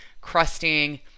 Crusting